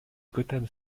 gotham